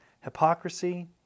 hypocrisy